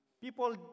People